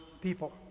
people